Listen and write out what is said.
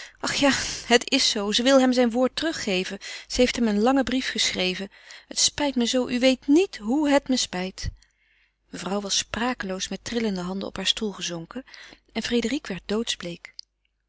ach ja het is zoo ze wil hem zijn woord teruggeven ze heeft hem een langen brief geschreven het spijt me zoo u weet niet hoe het me spijt mevrouw was sprakeloos met trillende handen op haar stoel gezonken en frédérique werd